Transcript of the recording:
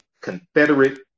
confederate